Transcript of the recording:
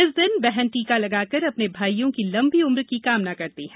इस दिन बहन टीका लगाकर अपने भाइयों की लंबी उम्र की कामना करती हैं